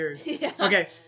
Okay